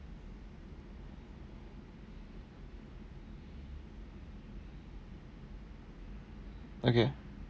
okay